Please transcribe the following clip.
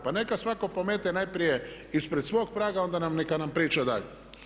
Pa neka svatko pomete najprije ispred svog praga onda neka nam priča dalje.